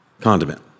condiment